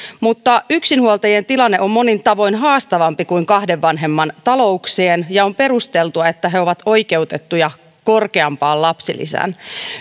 mutta yksinhuoltajien tilanne on monin tavoin haastavampi kuin kahden vanhemman talouksien ja on perusteltua että he ovat oikeutettuja korkeampaan lapsilisään